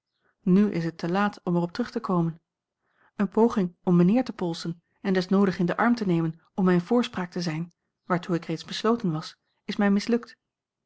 n is het te laat om er op terug te komen eene poging om mijnheer te polsen en des noodig in den arm te nemen om mijne voorspraak te zijn waartoe ik reeds besloten was is mij mislukt